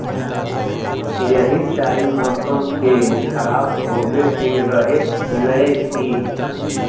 यही टाइम मौसम के खराब होबे के रहे नय की?